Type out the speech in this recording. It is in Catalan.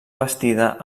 bastida